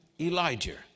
Elijah